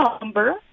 number